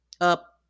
up